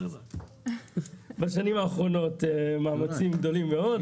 בשנים האחרונות מאמצים גדולים מאוד,